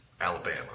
Alabama